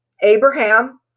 Abraham